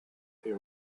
they